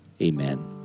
Amen